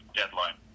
deadline